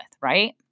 right